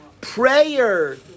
Prayer